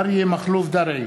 אריה מכלוף דרעי,